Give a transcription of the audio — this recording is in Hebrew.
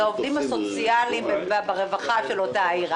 העובדים הסוציאליים ברווחה של אותה עיר.